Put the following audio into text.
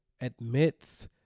admits